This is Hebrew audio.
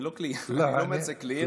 אני לא מייצג קליינטים,